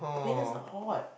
Megan is not hot